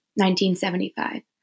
1975